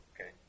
Okay